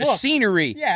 scenery